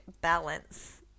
balance